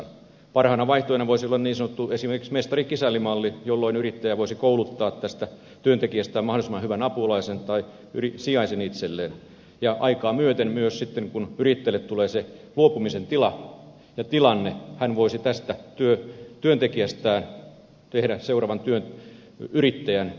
parhaana vaihtoehtona voisi olla esimerkiksi niin sanottu mestarikisälli malli jolloin yrittäjä voisi kouluttaa tästä työntekijästään mahdollisimman hyvän apulaisen tai sijaisen itselleen ja aikaa myöten myös sitten kun yrittäjälle tulee se luopumisen tilanne hän voisi tästä työntekijästään tehdä seuraavan yrittäjän ja työnantajan